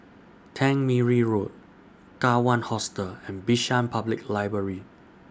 Tangmere Road Kawan Hostel and Bishan Public Library